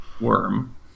worm